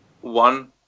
one